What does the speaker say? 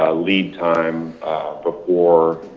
ah lead time before